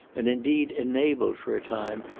and indeed enabled for a time,